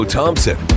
Thompson